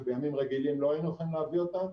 שבימים רגילים לא היינו יכולים להביא אותם.